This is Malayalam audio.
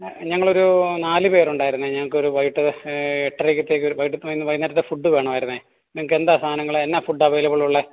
ഞങ്ങളൊരു നാല് പേർ ഉണ്ടായിരുന്നേ ഞങ്ങൾക്കൊരു വൈകിട്ട് എട്ടരയ്ക്കത്തേക്കൊരു വൈകിട്ട് ഇന്ന് വൈകുന്നേരത്തെ ഫുഡ് വേണമായിരുന്നേ നിങ്ങൾക്ക് എന്താണ് സാധനങ്ങൾ എന്നാ ഫുഡ് അവൈലബിൾ ഉള്ളത്